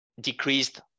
decreased